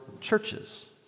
churches